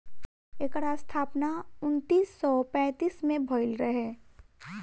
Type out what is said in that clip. एकर स्थापना उन्नीस सौ पैंतीस में भइल रहे